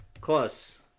close